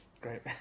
great